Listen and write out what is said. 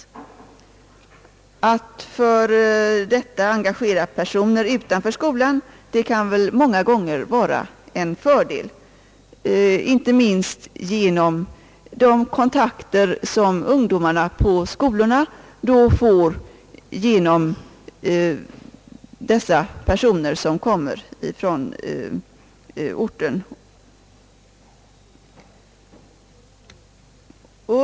Att för detta ändamål engagera personer utanför skolan kan många gånger vara en fördel, inte minst genom de kontakter som ungdomarna på skolorna då får genom dessa personer som kommer från orten.